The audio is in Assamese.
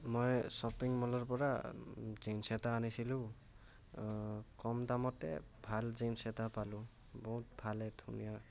মই শ্বপিং ম'লৰপৰা জিনচ্ এটা আনিছিলোঁ কম দামতে ভাল জিনচ্ এটা পালোঁ বহুত ভালেই ধুনীয়া